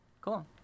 Cool